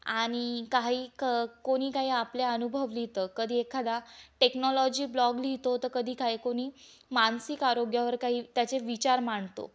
आणि काही क कोणी काही आपले अनुभव लिहितं कधी एखादा टेक्नॉलॉजी ब्लॉग लिहितो तर कधी काय कोणी मानसिक आरोग्यावर काही त्याचे विचार मांडतो